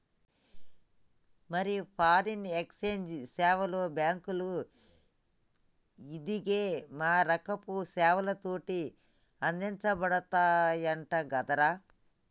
మరి foreign exchange సేవలు బాంకులు, ఇదిగే మారకపు సేవలతోటి అందించబడతయంట కదరా